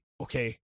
okay